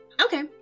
Okay